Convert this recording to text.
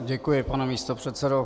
Děkuji, pane místopředsedo.